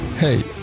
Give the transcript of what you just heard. Hey